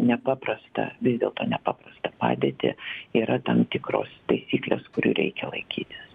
nepaprastą vis dėlto nepaprastą padėtį yra tam tikros taisyklės kurių reikia laikytis